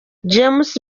james